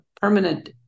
permanent